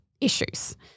issues